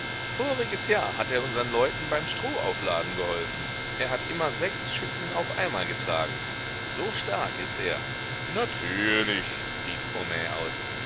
voriges jahr hat er unsern leuten beim strohaufladen geholfen er hat immer sechs schütten auf einmal getragen so stark ist er natürlich rief homais aus